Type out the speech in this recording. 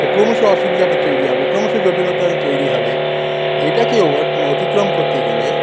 ক্রমশ অসুবিধাটা তৈরি হবে ক্রমশ জটিলতা তৈরি হবে এটা কে অতিক্রম করতে গেলে